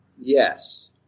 yes